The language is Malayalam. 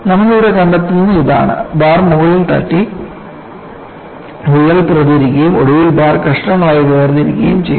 നമ്മൾ ഇവിടെ കണ്ടെത്തുന്നത് ഇതാണ് ബാർ മുകളിൽ തട്ടി വിള്ളൽ പ്രചരിപ്പിക്കുകയും ഒടുവിൽ ബാർ കഷണങ്ങളായി വേർതിരിക്കുകയും ചെയ്യുന്നു